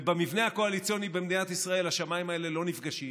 ובמבנה הקואליציוני במדינת ישראל השמיים האלה לא נפגשים,